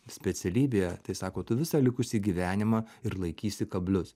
specialybėje tai sako tu visą likusį gyvenimą ir laikysi kablius